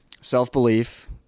Self-belief